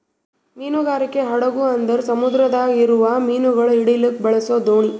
ಮೀನುಗಾರಿಕೆ ಹಡಗು ಅಂದುರ್ ಸಮುದ್ರದಾಗ್ ಇರವು ಮೀನುಗೊಳ್ ಹಿಡಿಲುಕ್ ಬಳಸ ದೋಣಿ